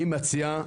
אני מציע,